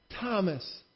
Thomas